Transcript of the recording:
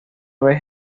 vez